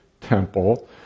temple